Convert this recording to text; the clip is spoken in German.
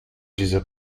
dieser